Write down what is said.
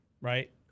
right